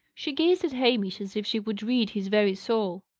she gazed at hamish as if she would read his very soul.